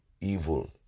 evil